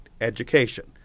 education